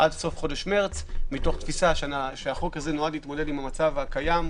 עד סוף חודש מרץ מתוך תפיסה שהחוק הזה נועד להתמודד עם המצב הקיים,